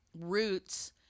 roots